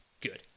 good